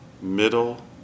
middle